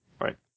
right